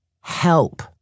Help